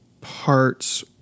parts